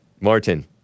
Martin